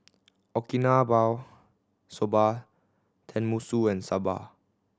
Okinawa Soba Tenmusu and Sambar